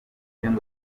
turimo